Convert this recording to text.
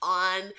on